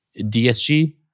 DSG